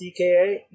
DKA